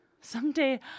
someday